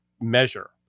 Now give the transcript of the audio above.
measure